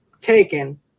Taken